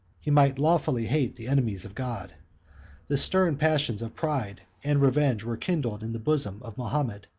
he may lawfully hate the enemies of god the stern passions of pride and revenge were kindled in the bosom of mahomet,